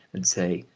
and say,